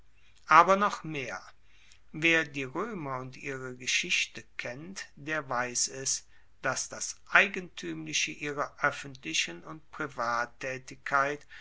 aber noch mehr wer die roemer und ihre geschichte kennt der weiss es dass das eigentuemliche ihrer oeffentlichen und